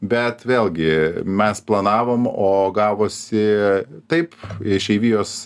bet vėlgi mes planavom o gavosi taip išeivijos